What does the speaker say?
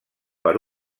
per